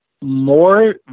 more